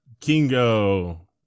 Kingo